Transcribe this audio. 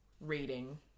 reading